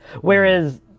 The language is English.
Whereas